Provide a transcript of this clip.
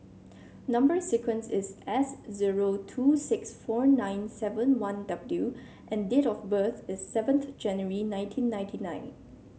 number sequence is S zero two six four nine seven one W and date of birth is seventh January nineteen ninety nine